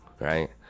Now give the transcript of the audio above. Right